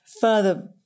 further